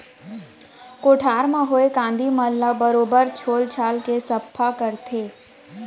कोठार म होए कांदी मन ल बरोबर छोल छाल के सफ्फा करथे